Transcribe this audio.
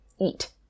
eat